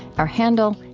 our handle,